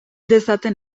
dezaten